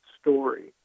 story